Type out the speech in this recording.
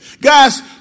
Guys